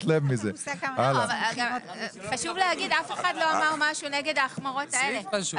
חשוב להגיד שאף אחד לא אמר משהו נגד ההחמרות האלה.